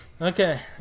Okay